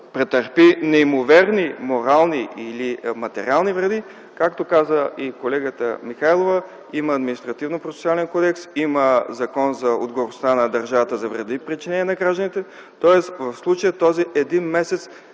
претърпи неимоверни, морални или материални вреди, както каза и колегата Михайлова – има Административнопроцесуален кодекс, има Закон за отговорността на държавата за вреди, причинени на гражданите. Тоест в случая този един месец